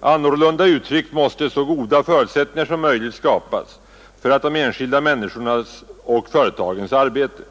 Annorlunda uttryckt måste så goda förutsättningar som möjligt skapas för de enskilda människornas och företagens arbete.